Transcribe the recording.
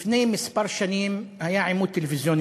לפני כמה שנים היה עימות טלוויזיוני,